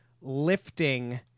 lifting